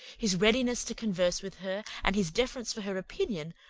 his readiness to converse with her, and his deference for her opinion,